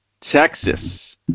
Texas